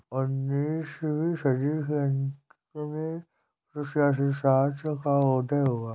उन्नीस वीं सदी के अंत में कृषि अर्थशास्त्र का उदय हुआ